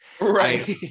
right